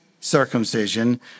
circumcision